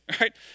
right